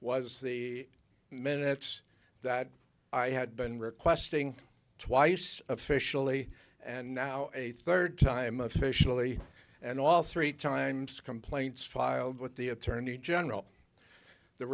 was the minutes that i had been requesting twice officially and now a third time officially and all three times the complaints filed with the attorney general the